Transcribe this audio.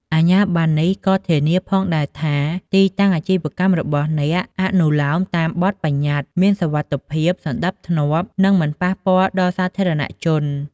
អាជ្ញាប័ណ្ណនេះក៏ធានាផងដែរថា ទីតាំងអាជីវកម្មរបស់អ្នកអនុលោមតាមបទប្បញ្ញត្តិ មាន សុវត្ថិភាព សណ្ដាប់ធ្នាប់ និង មិនប៉ះពាល់ដល់សាធារណៈជន។